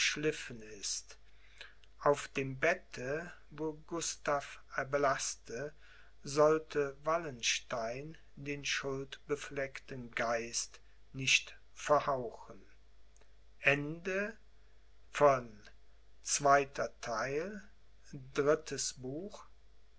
geschliffen ist auf dem bette wo gustav erblaßte sollte wallenstein den schuldbefleckten geist nicht verhauchen